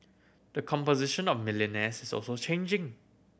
the composition of millionaires is also changing